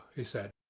he said,